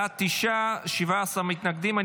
בעד, תשעה, 17 מתנגדים.